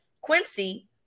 Quincy